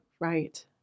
Right